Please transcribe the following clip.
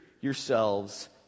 yourselves